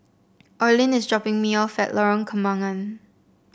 Orlin is dropping me off at Lorong Kembangan